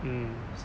mm